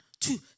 two